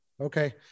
Okay